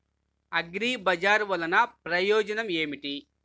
అగ్రిబజార్ వల్లన ప్రయోజనం ఏమిటీ?